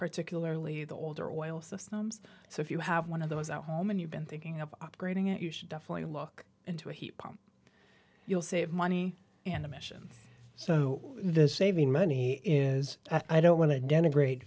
particularly the older oil systems so if you have one of those out home and you've been thinking of upgrading it you should definitely look into a heat pump you'll save money and emissions so this saving money is i don't want to denigrate